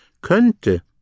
könnte